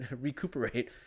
recuperate